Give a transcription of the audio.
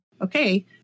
okay